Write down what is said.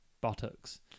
buttocks